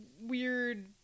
weird